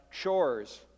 chores